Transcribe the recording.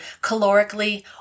calorically